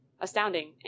astounding